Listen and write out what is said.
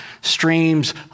streams